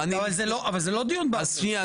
אבל זה לא דיון --- שנייה,